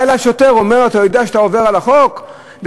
בא אליו שוטר ואומר לו: אתה יודע שאתה עובר על החוק כשאתה